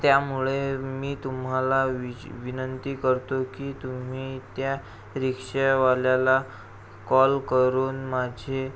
त्यामुळे मी तुम्हाला विच विनंती करतो की तुम्ही त्या रिक्षावाल्याला कॉल करून माझे